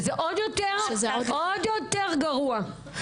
שזה עוד יותר גרוע,